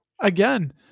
again